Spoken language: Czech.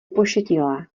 pošetilé